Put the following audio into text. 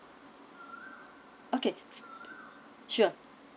okay sure